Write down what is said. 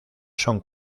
son